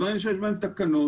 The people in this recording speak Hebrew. בדברים שיש בהם תקנות,